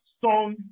song